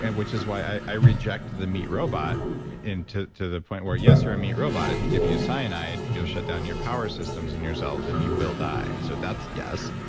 and which is why i reject the meat robot to the point where, yes, you're a meat robot. if you give you a cyanide, you'll shut down your power systems and yourselves and you will die. so that's, yes,